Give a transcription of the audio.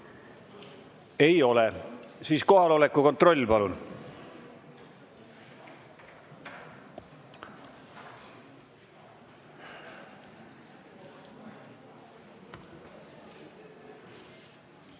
Ei ole. Siis kohaloleku kontroll, palun!